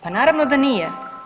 Pa naravno da nije.